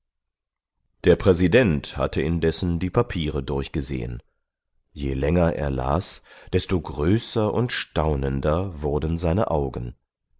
der präsident hatte indessen die papiere durchgesehen je länger er las desto größer und staunender wurden seine augen